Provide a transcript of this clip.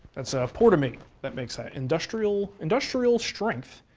it's portomate that makes that. industrial industrial strength